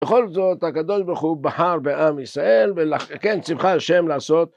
בכל זאת, הקדוש ברוך הוא בחר בעם ישראל, וכן ציווך השם לעשות.